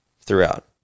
throughout